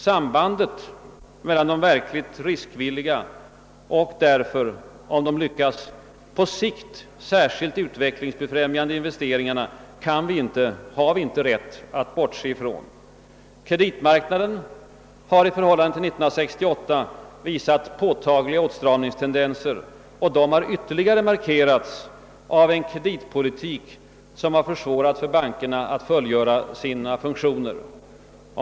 Sambandet mellan de verkligt riskvilliga och därför — om de lyckas — på sikt särskilt utvecklingsfrämjande investeringarna har vi inte rätt att bortse ifrån. Kreditmarknaden har i förhållande till 1968 visat påtagliga åtstramningstendenser, och de har ytterligare markerats av en kreditpolitik som har försvårat för bankerna att fullgöra sina funktioner.